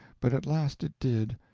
but at last it did,